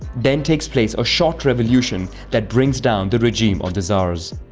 then takes place a short revolution that brings down the regime of the tsars.